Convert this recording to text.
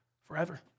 forever